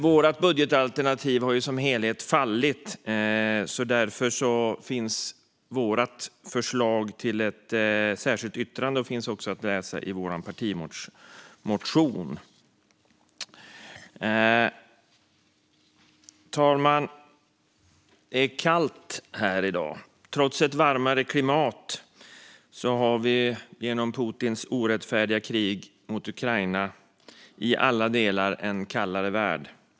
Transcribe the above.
Vårt budgetalternativ har ju fallit, och vårt förslag till ett särskilt yttrande finns också att läsa i vår partimotion. Fru talman! Det är kallt här i dag. Trots ett varmare klimat har vi genom Putins orättfärdiga krig mot Ukraina i alla delar en kallare värld.